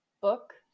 book